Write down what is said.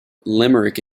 limerick